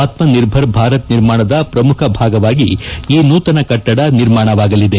ಆತ್ಮನಿರ್ಭರ್ ಭಾರತ ನಿರ್ಮಾಣದ ಪ್ರಮುಖ ಭಾಗವಾಗಿ ಈ ನೂತನ ಕಟ್ಟಡ ನಿರ್ಮಾಣವಾಗಲಿದೆ